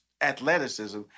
athleticism